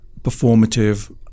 performative